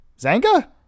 Zanga